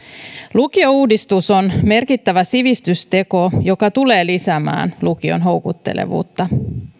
lukiouudistus on merkittävä sivistysteko joka tulee lisäämään lukion houkuttelevuutta